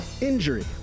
Injury